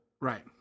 Right